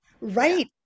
Right